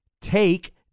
take